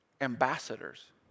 ambassadors